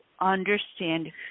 understand